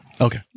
Okay